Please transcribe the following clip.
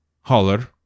holler